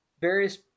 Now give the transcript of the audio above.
various